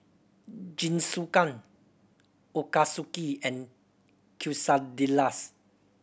Jingisukan Ochazuke and Quesadillas